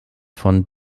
von